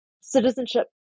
citizenship